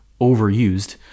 overused